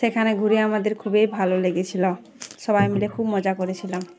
সেখানে ঘুরে আমাদের খুবই ভালো লেগেছিলো সবাই মিলে খুব মজা করেছিলাম